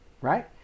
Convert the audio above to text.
right